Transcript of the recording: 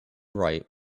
right